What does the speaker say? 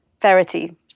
Verity